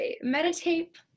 meditate